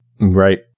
Right